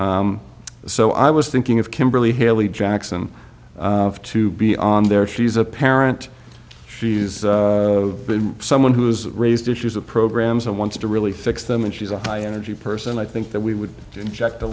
so i was thinking of kimberly haley jackson to be on there she's a parent she's been someone who has raised issues of programs and wants to really fix them and she's a high energy person i think that we would inject a